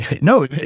No